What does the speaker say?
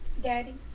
Daddy